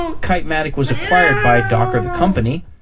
kitematic was acquired by docker, the company,